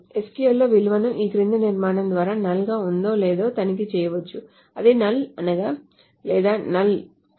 SQL లో విలువను ఈ కింది నిర్మాణం ద్వారా అది null గా ఉందో లేదో తనిఖీ చేయవచ్చు అది null అవునా లేదా null కాదా